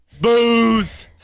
Booze